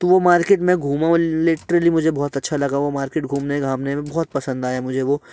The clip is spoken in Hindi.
तो वो मार्किट में घुमा हूँ लिटरिली मुझे वो मार्किट घूमने घामने में बहुत पसंद आया मुझे वो